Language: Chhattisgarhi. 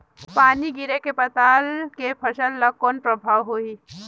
पानी गिरे ले पताल के फसल ल कौन प्रभाव होही?